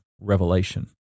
revelation